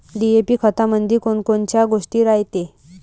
DAP खतामंदी कोनकोनच्या गोष्टी रायते?